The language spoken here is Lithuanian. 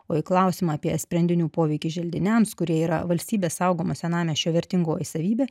o į klausimą apie sprendinių poveikį želdiniams kurie yra valstybės saugomo senamiesčio vertingoji savybė